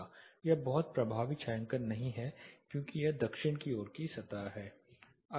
यह बहुत प्रभावी छायांकन नहीं है क्योंकि यह दक्षिण की ओर की सतह है